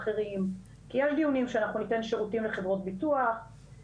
דיונים על כך שניתן שירותים לחברות הביטוח,